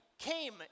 came